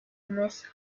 miss